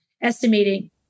estimating